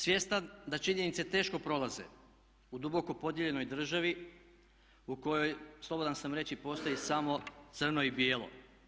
Svjestan da činjenice teško prolaze u duboko podijeljenoj državi u kojoj, slobodan sam reći, postoji samo crno i bijelo.